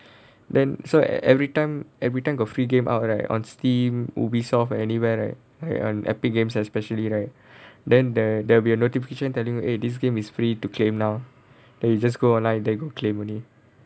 then so e~ everytime everytime got free game out right on Steam Ubisoft anywhere right I on Epic Games especially right then there there will be a notification telling you eh this game is free to claim now then you just go online then go claim only